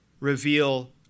reveal